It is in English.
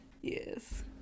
Yes